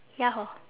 ya hor